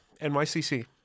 NYCC